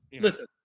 listen